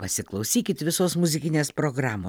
pasiklausykit visos muzikinės programos